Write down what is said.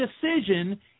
decision